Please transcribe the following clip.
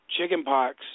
Chickenpox